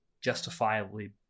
justifiably